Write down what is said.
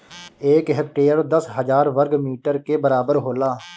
एक हेक्टेयर दस हजार वर्ग मीटर के बराबर होला